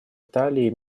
италии